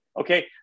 Okay